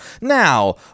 Now